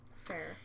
Fair